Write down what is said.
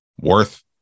worth